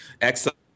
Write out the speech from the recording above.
Excellent